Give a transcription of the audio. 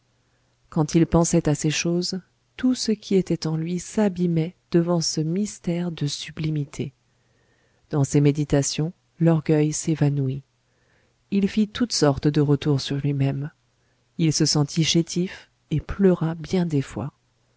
quand il pensait à ces choses tout ce qui était en lui s'abîmait devant ce mystère de sublimité dans ces méditations l'orgueil s'évanouit il fit toutes sortes de retours sur lui-même il se sentit chétif et pleura bien des fois